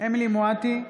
אמילי חיה מואטי,